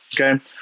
okay